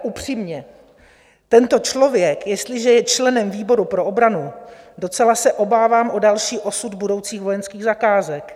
Upřímně, tento člověk, jestliže je členem výboru pro obranu, docela se obávám o další osud budoucích vojenských zakázek.